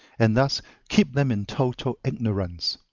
and thus keep them in total ignorance.